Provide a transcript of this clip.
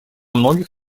многих